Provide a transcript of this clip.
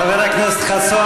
חבר הכנסת חסון,